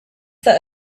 that